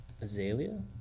Azalea